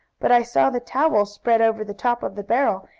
but i saw the towel spread over the top of the barrel,